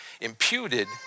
imputed